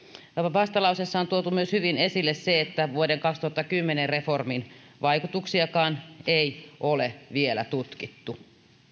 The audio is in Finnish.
vastalauseessa on tuotu hyvin esille myös se että vuoden kaksituhattakymmenen reformin vaikutuksiakaan ei ole vielä tutkittu